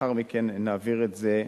לאחר מכן נעביר את זה,